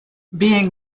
being